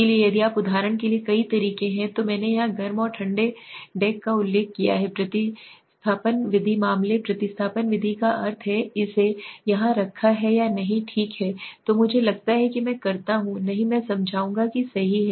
इसलिए यदि आप उदाहरण के लिए कई तरीके हैं तो मैंने यहां गर्म और ठंडे डेक का उल्लेख किया है प्रतिस्थापन विधि मामले प्रतिस्थापन विधि का अर्थ है इसे यहां रखा है या नहीं ठीक है तो मुझे लगता है कि मैं करता हूं नहीं मैं समझाऊंगा कि सही है